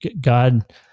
God